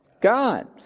God